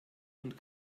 und